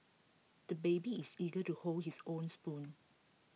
the baby is eager to hold his own spoon